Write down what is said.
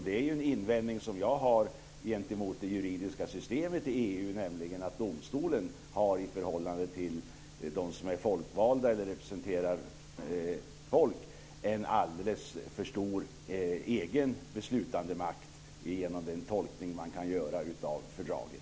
Den invändning som jag har gentemot det juridiska systemet i EU är att domstolen i förhållande till de folkvalda eller dem som representerar folk har en alldeles för stor egen beslutandemakt genom den tolkning som man kan göra av fördragen.